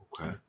Okay